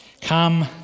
Come